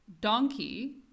Donkey